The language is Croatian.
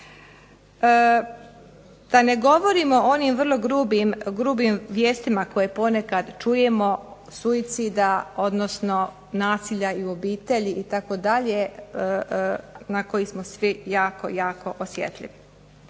Da ne govorimo o onim vrlo grubim vijestima koje ponekad čujemo suicida odnosno nasilja u obitelji itd. na koji smo svi jako, jako osjetljivi.